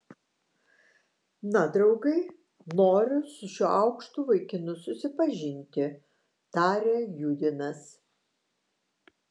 na draugai noriu su šiuo aukštu vaikinu susipažinti tarė judinas